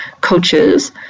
coaches